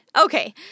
Okay